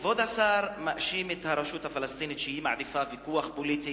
כבוד השר מאשים את הרשות הפלסטינית שהיא מעדיפה ויכוח פוליטי